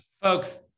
Folks